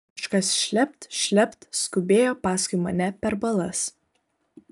kažkas šlept šlept skubėjo paskui mane per balas